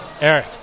eric